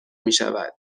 میشود